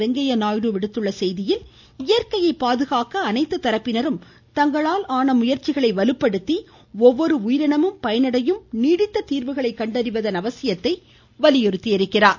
வெங்கையா நாயுடு விடுத்துள்ள செய்தியில் இயற்கையை பாதுகாக்க அனைத்து தரப்பினரும் தங்களால் ஆன முயற்சிகளை வலுப்படுத்தி ஒவ்வொரு உயிரினமும் பயனடையும் நீடித்த தீர்வுகளை கண்டறிவதன் அவசியத்தை எடுத்துரைத்தார்